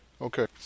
Okay